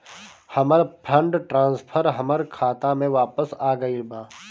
हमर fund transfer हमर खाता में वापस आ गईल बा